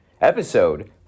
Episode